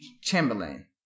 Chamberlain